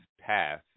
path